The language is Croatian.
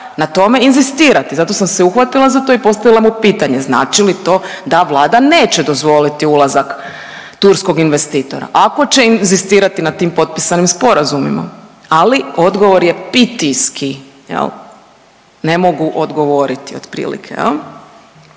na tome inzistirati. Zato sam se uhvatila za to i postavila mu pitanje, znači li to da Vlada neće dozvoliti ulazak turskog investitora ako će inzistirati na tim potpisanim sporazumima. Ali odgovor je pitijski jel, ne mogu odgovoriti otprilike.